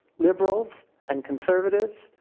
liberals and conservatives,